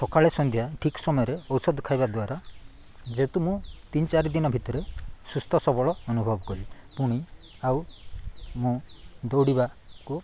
ସକାଳେ ସନ୍ଧ୍ୟା ଠିକ୍ ସମୟରେ ଔଷଧ ଖାଇବା ଦ୍ୱାରା ଯେହେତୁ ମୁଁ ତିନି ଚାରି ଦିନ ଭିତରେ ସୁସ୍ଥ ସବଳ ଅନୁଭବ କଲି ପୁଣି ଆଉ ମୁଁ ଦୌଡ଼ିବାକୁ